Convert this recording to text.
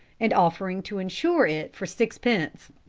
and offering to insure it for sixpence.